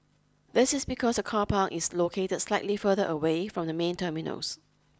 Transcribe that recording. this is because the car park is located slightly further away from the main terminals